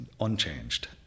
unchanged